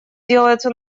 делается